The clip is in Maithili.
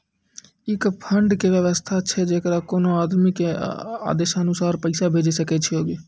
ई एक फंड के वयवस्था छै जैकरा कोनो आदमी के आदेशानुसार पैसा भेजै सकै छौ छै?